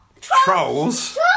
trolls